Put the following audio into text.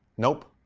nope.